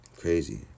crazy